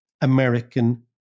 American